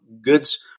goods